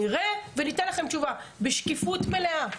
נראה וניתן לכם תשובה בשקיפות מלאה.